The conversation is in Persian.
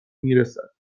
میرسد